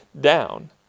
down